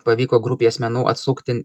pavyko grupė asmenų atsukti